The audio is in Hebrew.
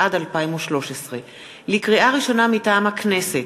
התשע"ד 2013. לקריאה ראשונה, מטעם הכנסת: